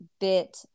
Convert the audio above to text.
bit